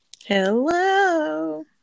hello